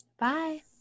Bye